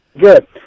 Good